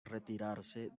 retirarse